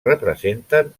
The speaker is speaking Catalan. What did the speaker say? representen